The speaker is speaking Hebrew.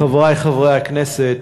חברי חברי הכנסת,